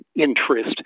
interest